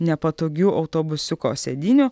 nepatogių autobusiuko sėdynių